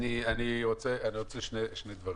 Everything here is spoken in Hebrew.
אני רוצה שני דברים.